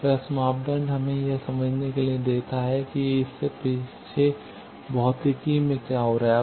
तो एस मापदंड हमें यह समझने के लिए देता है कि इसके पीछे भौतिकी में क्या हो रहा है